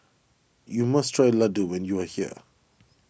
you must try Laddu when you are here